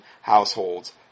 households